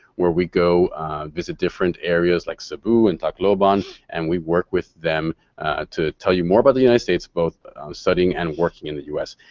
where we go visit different areas like sabu and tacloban and we work with them to tell you more about the united states, both studying and working in the u s.